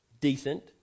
decent